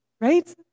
right